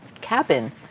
cabin